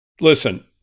listen